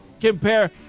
compare